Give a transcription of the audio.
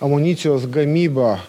amunicijos gamybą